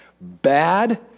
bad